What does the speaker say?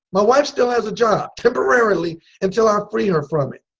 my wife still has a job temporarily until i free her from it.